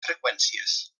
freqüències